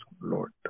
Lord